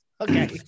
okay